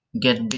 get